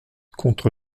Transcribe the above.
contre